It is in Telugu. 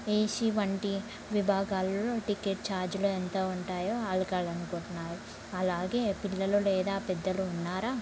ఏ సీ వంటి విభాగాలల్లో టికెట్ ఛార్జ్లు ఎంత ఉంటాయో అడగాలనుకుంటున్నాను అలాగే పిల్లలు లేదా పెద్దలు ఉన్నారా